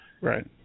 right